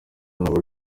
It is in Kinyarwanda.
aba